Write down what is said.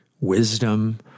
wisdom